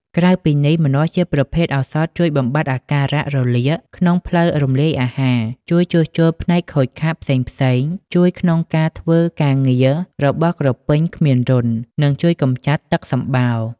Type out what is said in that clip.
ក្រៅពីនេះ ម្នាស់ជាប្រភេទឱសថជួយបំបាត់អាការៈរលាកក្នុងផ្លូវរំលាយអាហារ ជួយជួសជុលផ្នែកខូចខាតផ្សេងៗ ជួយក្នុងការធ្វើការងាររបស់ក្រពេញគ្មានរន្ធ និងជួយកម្ចាត់ទឹកសំបោរ។